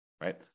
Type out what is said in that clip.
right